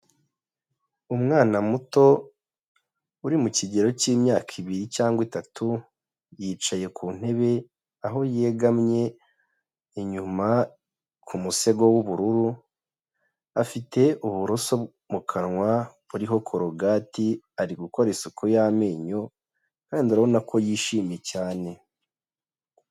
Umwana muto uri mu kigero cy'imyaka ibiri cyangwa itatu, yicaye ku ntebe aho yegamye inyuma ku musego w'ubururu, afite uburoso mu kanwa buriho korogati ari gukora isuku y'amenyo kandi urabona ko yishimye cyane.